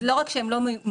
אז לא רק שהם לא מועילים,